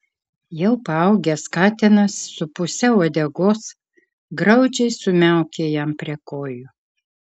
jau paaugęs katinas su puse uodegos graudžiai sumiaukė jam prie kojų